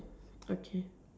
okay